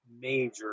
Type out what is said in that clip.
major